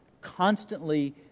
Constantly